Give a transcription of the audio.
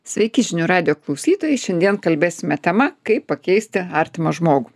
sveiki žinių radijo klausytojai šiandien kalbėsime tema kaip pakeisti artimą žmogų